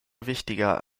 wichtiger